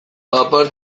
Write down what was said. papar